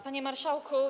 Panie Marszałku!